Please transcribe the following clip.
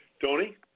Tony